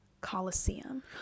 coliseum